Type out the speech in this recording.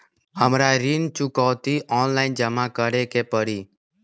हमरा ऋण चुकौती ऑनलाइन जमा करे के परी?